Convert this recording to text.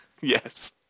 Yes